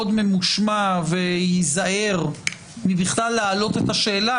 ממושמע וייזהר בכלל להעלות את השאלה,